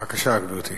בבקשה, גברתי.